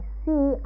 see